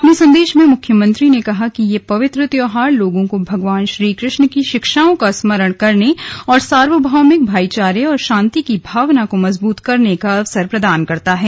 अपने संदेश में मुख्यमंत्री ने कहा कि यह पवित्र त्यौहार लोगों को भगवान श्री कृष्ण की शिक्षाओं का स्मरण करने और सार्वभौमिक भाईचारे और शांति की भावना को मजबूत करने का अवसर प्रदान करता है